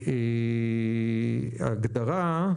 הגדרנו הפעלה,